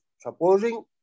Supposing